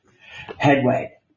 headway